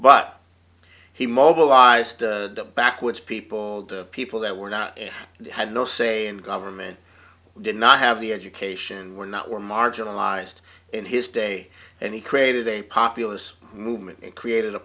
but he mobilized the backwoods people the people that were not had no say in government did not have the education and were not were marginalized in his day and he created a populous movement and created a